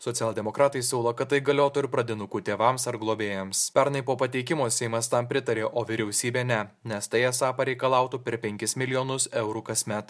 socialdemokratai siūlo kad tai galiotų ir pradinukų tėvams ar globėjams pernai po pateikimo seimas tam pritarė o vyriausybė ne nes tai esą pareikalautų per penkis milijonus eurų kasmet